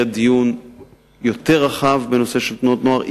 דיון יותר רחב בנושא של תנועות נוער,